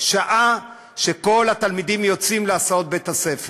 שעה שכל התלמידים יוצאים להסעות בית-הספר.